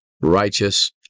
righteous